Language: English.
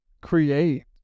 create